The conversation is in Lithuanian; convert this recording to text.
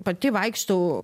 pati vaikštau